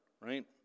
right